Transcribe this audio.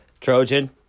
Trojan